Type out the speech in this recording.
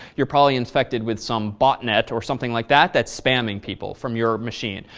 you're probably inspected with some botnet or something like that, that's spamming people from your machine.